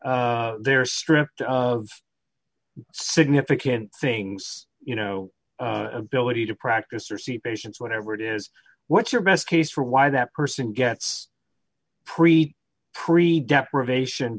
they're stripped of significant things you know ability to practice or see patients whatever it is what's your best case for why that person gets pre pre deprivation